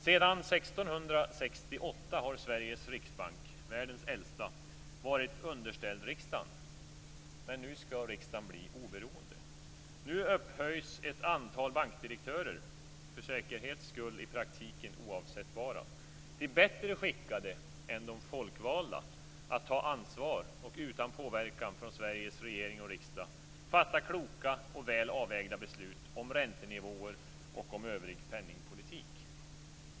Sedan 1668 har Sveriges riksbank, världens äldsta, varit underställd riksdagen. Men nu skall Riksbanken bli oberoende. Nu upphöjs ett antal bankdirektörer, för säkerhets skull i praktiken oavsättbara, till bättre skickade än de folkvalda att ta ansvar och utan påverkan från Sveriges regering och riksdag fatta kloka och väl avvägda beslut om räntenivåer och övrig penningpolitiken.